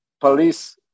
police